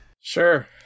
Sure